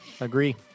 Agree